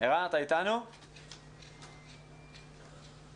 אבל בהחלט לקדם את האפשרות הזו גם בגני ילדים,